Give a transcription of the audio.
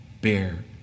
Bear